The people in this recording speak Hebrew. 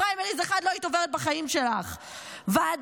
פריימריז אחד לא היית עוברת בחיים שלך ועדה,